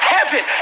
Heaven